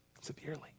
severely